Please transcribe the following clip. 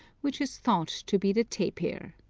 which is thought to be the tapir.